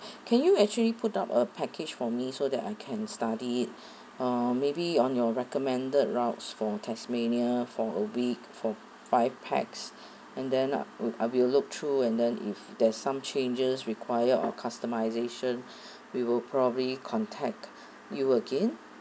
can you actually put up a package for me so that I can study it uh maybe on your recommended routes for tasmania for a week for five pax and then I will I will look through and then if there's some changes require or customization we will probably contact you again